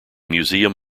museum